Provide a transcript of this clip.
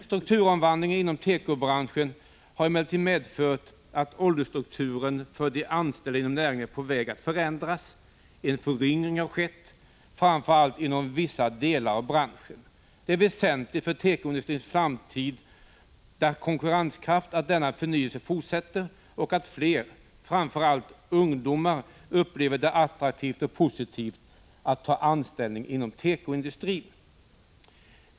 Strukturomvandlingen inom tekobranschen har emellertid medfört att åldersstrukturen för de anställda inom näringen är på väg att förändras. En föryngring har skett, framför allt inom vissa delar av branschen. Det är väsentligt för tekoindustrins framtida konkurrenskraft att denna förnyelse fortsätter och att fler, framför allt ungdomar, upplever det attraktivt och positivt att ta anställning inom tekoindustrin.